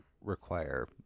require